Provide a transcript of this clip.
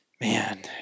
Man